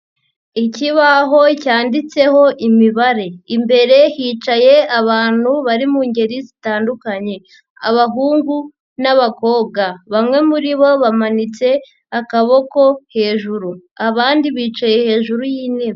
Ikibaho cyanditseho imibare, imbere hicaye abantu bari mu ngeri zitandukanye abahungu n'abakobwa, bamwe muri bo bamanitse akaboko hejuru, abandi bicaye hejuru y'intebe.